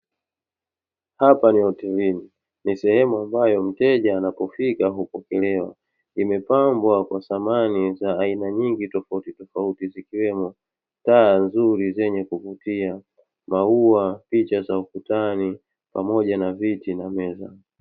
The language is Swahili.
Hapa ni hotelini. Ni sehemu ambayo mteja anapofika hupokelewa, imepambwa kwa samani za aina nyingi tofautitofauti, zikiwemo taa nzuri zenye kuvutia, maua, picha za ukutani pamoja na viti na meza.